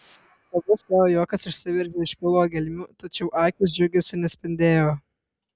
nuostabus teo juokas išsiveržė iš pilvo gelmių tačiau akys džiugesiu nespindėjo